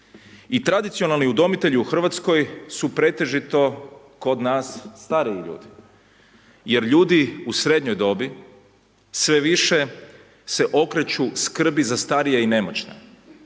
I tradicionalni udomitelji u Hrvatskoj su pretežito kod nas stariji ljudi, jer ljudi u srednjoj dobi sve više se okreću skrbi za starije i nemoćne